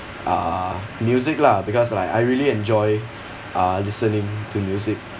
uh music lah because like I really enjoy uh listening to music